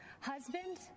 husband